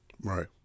right